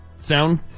sound